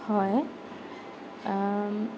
হয়